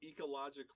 ecologically